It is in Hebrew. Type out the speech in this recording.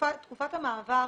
תקופת המעבר,